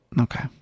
Okay